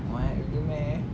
what really meh